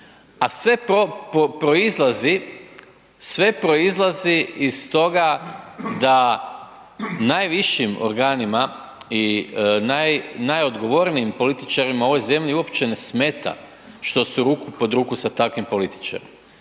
A sve proizlazi iz toga da najvišim organima i najodgovornijim političarima u ovoj zemlji uopće ne smeta što su ruku pod ruku sa takvim političarima,